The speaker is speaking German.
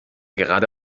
gerade